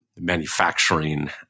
manufacturing